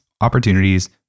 opportunities